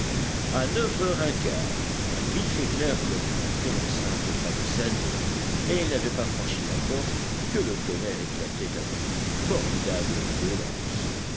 à neuf heures un quart un vif éclair leur montrait l'enceinte palissadée et ils n'avaient pas franchi la porte que le tonnerre éclatait avec une formidable violence